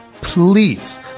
please